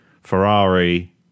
ferrari